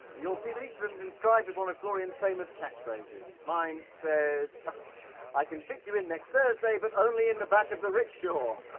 you'll see that each of them is inscribed with one of florian's famous catchphrases. mine says i can fit you in next thursday, but only in the back of the rickshaw.